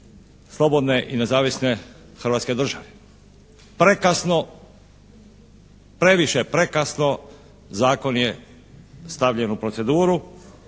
slobodne i nezavisne hrvatske države. Prekasno, previše prekasno zakon je stavljen u proceduru.